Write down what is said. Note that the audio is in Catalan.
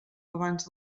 abans